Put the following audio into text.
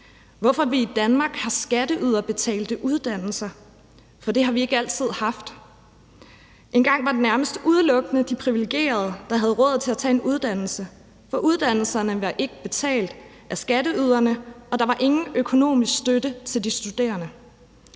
hvorfor vi i Danmark har skatteyderbetalte uddannelser, for det har vi ikke altid haft. Engang var det nærmest udelukkende de privilegerede, der havde råd til at tage en uddannelse, for uddannelserne var ikke betalt af skatteyderne, og der var ingen økonomisk støtte til de studerende.